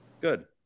Good